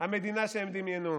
המדינה שהם דמיינו,